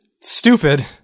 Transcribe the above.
stupid